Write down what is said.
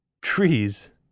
trees